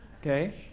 okay